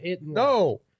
No